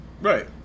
right